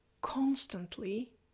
constantly